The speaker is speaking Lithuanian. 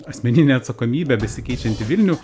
asmeninę atsakomybę besikeičiantį vilnių